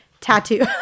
tattoo